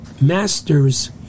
masters